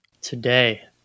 Today